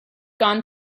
gone